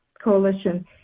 coalition